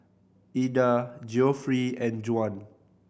Ilda Geoffrey and Juan